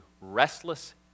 restless